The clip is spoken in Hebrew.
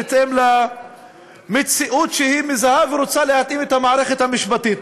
בהתאם למציאות שהיא מזהה ורוצה להתאים לה את המערכת המשפטית.